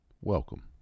welcome